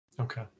Okay